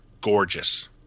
gorgeous